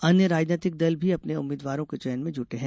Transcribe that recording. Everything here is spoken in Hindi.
अन्य राजनैतिक दल भी अपने उम्मीद्वारों के चयन में जुटे हैं